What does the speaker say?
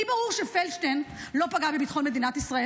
לי ברור שפלדשטיין לא פגע בביטחון מדינת ישראל,